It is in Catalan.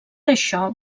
això